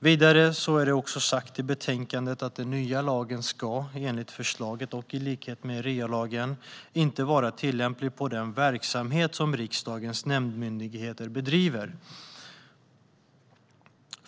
Vidare ska den nya lagen enligt förslaget, och i likhet med REA-lagen, inte vara tillämplig på den verksamhet som riksdagens nämndmyndigheter bedriver.